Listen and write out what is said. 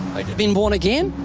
been born again?